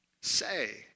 Say